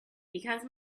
because